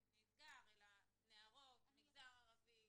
נסגר, אלא נערות, מגזר ערבי.